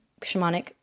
shamanic